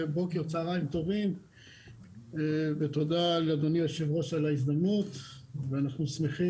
צוהריים טובים ותודה לאדוני יושב הראש על ההזדמנות ואנחנו שמחים